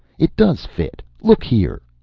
it does fit! look here!